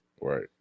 Right